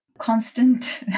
constant